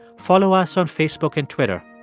follow us on facebook and twitter.